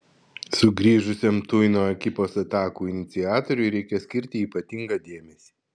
sugrįžusiam tuino ekipos atakų iniciatoriui reikia skirti ypatingą dėmesį